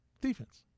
Defense